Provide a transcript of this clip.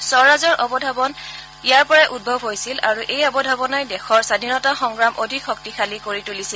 স্বৰাজৰ অৱধাৰণা ইয়াৰ পৰাই উদ্ভৱ হৈছিল আৰু এই অৱধাৰণাই দেশৰ স্বাধীনতা সংগ্ৰাম অধিক শক্তিশালী কৰি তুলিছিল